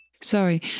Sorry